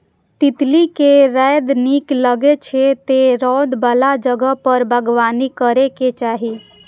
तितली कें रौद नीक लागै छै, तें रौद बला जगह पर बागबानी करैके चाही